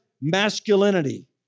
masculinity